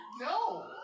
no